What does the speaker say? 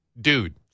dude